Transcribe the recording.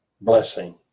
blessing